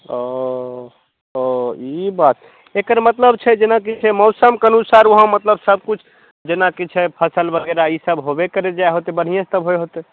ओ ओ ई बात एकर मतलब छै जेनाकि छै मौसमके अनुसार वहाँ मतलब सब किछु जेनाकि छै फसल बगैरा ई सब होबे करै जाए होतै बढ़िऑं से सब होए होतै